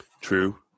True